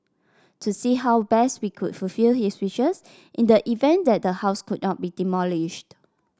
to see how best we could fulfil his wishes in the event that the house could not be demolished